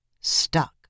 stuck